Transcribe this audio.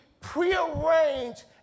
prearranged